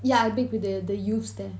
yeah I bake with the the youths there